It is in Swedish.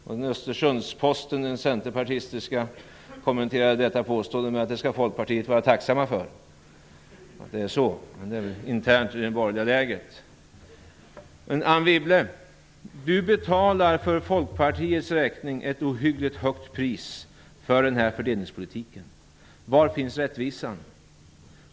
Den centerpartistiska Östersunds-Posten kommenterade detta så, att det skall Folkpartiet vara tacksamt för. -- Men det får man väl diskutera internt i det borgerliga lägret. Anne Wibble! Du betalar för Folkpartiets räkning ett ohyggligt högt pris för den här fördelningspolitiken. Var finns rättvisan?